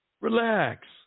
Relax